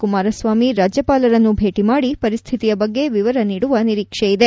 ಕುಮಾರಸ್ಲಾಮಿ ರಾಜ್ಯಪಾಲರನ್ನು ಭೇಟಿ ಮಾದಿ ಪರಿಸ್ಥಿತಿಯ ಬಗ್ಗೆ ವಿವರ ನೀಡುವ ನಿರೀಕ್ಷೆ ಇದೆ